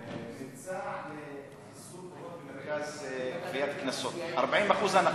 מבצע, מרכז לגביית קנסות, 40% הנחה.